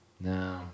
no